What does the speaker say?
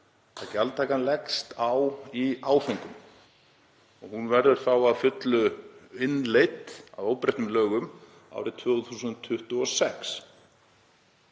að gjaldtakan leggst á í áföngum. Hún verður þá að fullu innleidd, að óbreyttum lögum, árið 2026.